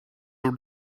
for